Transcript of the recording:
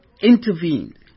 intervened